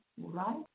right